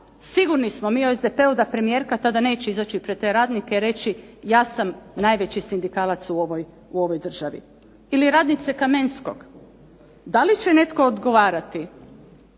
sigurni smo mi u SDP-u da premijerka tada neće izaći pred te radnike reći ja sam najveći sindikalac u ovoj državi. Ili radnice Kamenskog, da li će netko ogovarati